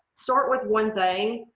start with one thing.